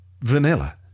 Vanilla